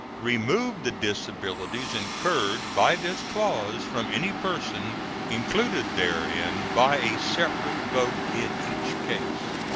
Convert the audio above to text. remove the disabilities incurred by this clause from any person included therein, by a separate vote in each case.